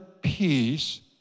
peace